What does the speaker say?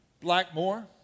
Blackmore